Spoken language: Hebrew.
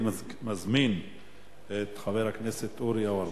אני מזמין את חבר הכנסת אורי אורבך.